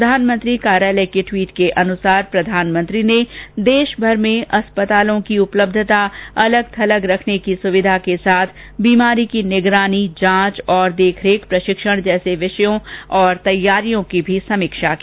प्रधानमंत्री कार्यालय के ट्वीट के अनुसार प्रधानमंत्री ने देशभर में अस्पतालों की उपलब्धता अलग थलग रखने की सुविधा के साथ बीमारी की निगरानी जांच और देखरेख प्रशिक्षण जैसे विषयों और तैयारियों की भी समीक्षा की